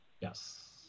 Yes